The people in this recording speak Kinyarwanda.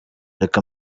reka